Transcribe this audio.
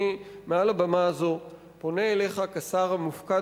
מעל הבמה הזו אני פונה אליך כשר המופקד